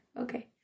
Okay